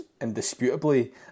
indisputably